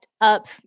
up